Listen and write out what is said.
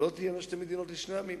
לא תהיינה שתי מדינות לשני עמים,